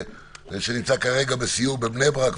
שנמצא כרגע בסיור בבני ברק,